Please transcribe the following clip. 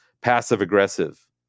passive-aggressive